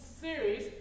series